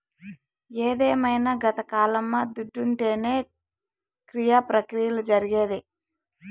ఇదేమైన గతకాలమా దుడ్డుంటేనే క్రియ ప్రక్రియలు జరిగేది